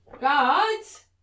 Guards